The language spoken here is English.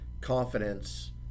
confidence